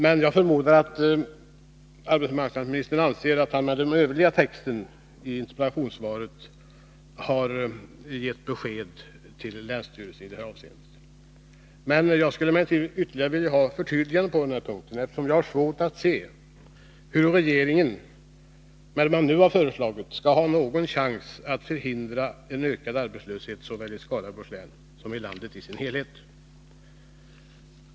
Men jag förmodar att arbetsmarknadsministern anser att han med den övriga texten i interpellationssvaret har gett besked till länsstyrelsen i detta avseende. Jag skulle emellertid vilja ha ytterligare ett förtydligande på den punkten, eftersom jag har svårt att se hur regeringen, med det man nu har föreslagit, skall ha någon chans att förhindra en ökad arbetslöshet såväl i Skaraborgs län som i landet i dess helhet.